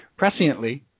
Presciently